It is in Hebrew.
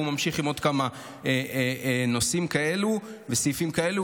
הוא ממשיך עם עוד כמה נושאים כאלו וסעיפים כאלו.